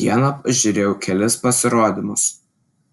dieną pažiūrėjau kelis pasirodymus